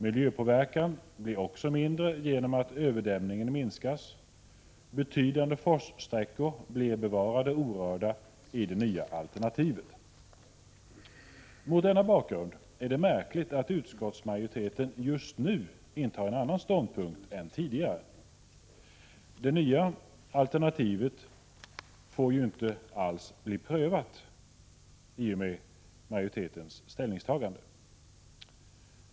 Miljöpåverkan blir också mindre genom att överdämningen minskas. Betydande forssträckor bevaras orörda om man följer det nya alternativet. Mot denna bakgrund är det märkligt att utskottsmajoriteten nu intar en annan ståndpunkt än tidigare. Det nya alternativet blir ju inte föremål för någon prövning i och med majoritetens ställningstagande.